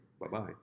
Bye-bye